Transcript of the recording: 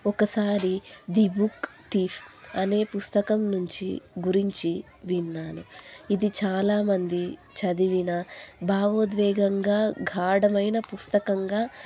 ఒకసారి the book thief అనే పుస్తకం నుంచి గురించి విన్నాను ఇది చాలామంది చదివిన భావోద్వేగంగా గాఢమైన పుస్తకంగా